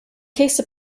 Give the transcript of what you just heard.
case